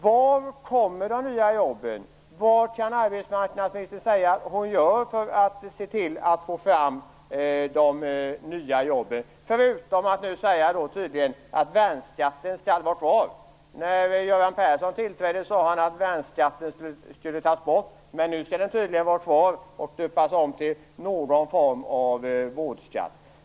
Var kommer de nya jobben? Vad kan arbetsmarknadsministern säga att hon gör för att se till att få fram de nya jobben, förutom att värnskatten nu tydligen skall vara kvar? När Göran Persson tillträdde sade han att värnskatten skulle tas bort, men nu skall den tydligen vara kvar och döpas om till någon form av vårdskatt.